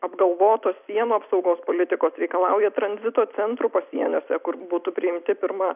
apgalvotos sienų apsaugos politikos reikalauja tranzito centrų pasieniuose kur būtų priimti pirma